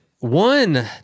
One